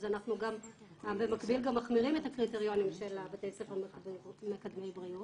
אז אנחנו במקביל גם מחמירים את הקריטריונים של בתי הספר מקדמי בריאות.